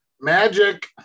magic